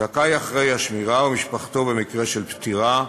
זכאי אחראי השמירה, ומשפחתו, במקרה של פטירה,